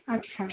আচ্ছা